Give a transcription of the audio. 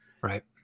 right